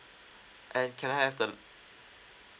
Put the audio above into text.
and can I have the